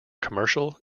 commercial